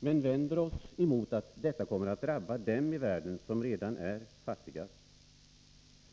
men vänder oss emot att detta kommer att drabba dem i världen som redan är fattigast.